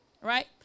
right